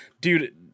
dude